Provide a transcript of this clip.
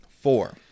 Four